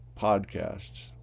podcasts